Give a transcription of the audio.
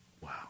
Wow